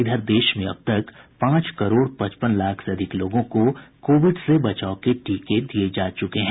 इधर देश में अब तक पांच करोड़ पचपन लाख से अधिक लोगों को कोविड से बचाव के टीके दिये जा चुके हैं